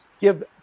Give